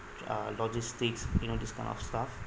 uh logistics you know this kind of stuff